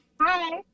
Hi